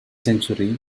century